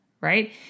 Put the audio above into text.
right